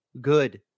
good